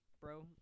bro